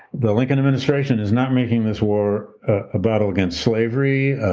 the lincoln administration is not making this war a battle against slavery.